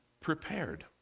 prepared